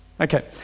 Okay